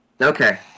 Okay